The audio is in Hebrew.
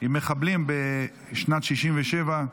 עם מחבלים בשנת 1967,